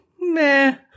meh